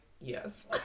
yes